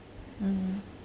mmhmm